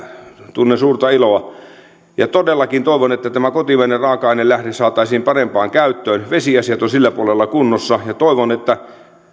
tunnen suurta iloa todellakin toivon että tämä kotimainen raaka ainelähde saataisiin parempaan käyttöön vesiasiat ovat sillä puolella kunnossa ja toivon että